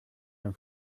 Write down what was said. den